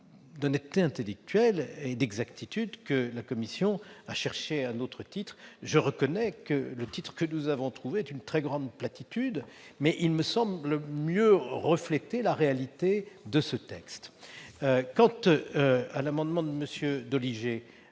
d'honnêteté intellectuelle et d'exactitude que la commission a cherché un autre intitulé. Je reconnais que celui que nous avons trouvé est d'une très grande platitude, mais il me semble mieux refléter la réalité de ce texte. Monsieur Doligé,